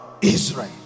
Israel